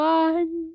one